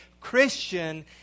Christian